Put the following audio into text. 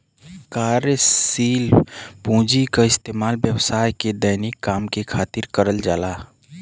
कार्यशील पूँजी क इस्तेमाल व्यवसाय के दैनिक काम के खातिर करल जाला